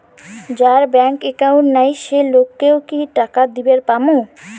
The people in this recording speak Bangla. যার ব্যাংক একাউন্ট নাই সেই লোক কে ও কি টাকা দিবার পামু?